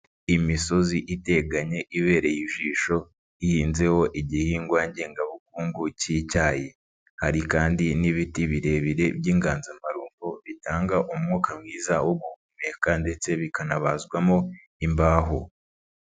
Imisozi iteganye ibereye ijisho ihinzeho igihingwa ngengabukungu cy'icyayi, hari kandi n'ibiti birebire by'inganzamarumbo bitanga umwuka mwiza wo guhumeka ndetse bikanabazwamo imbaho.